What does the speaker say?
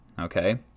Okay